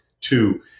two